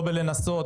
לא לנסות,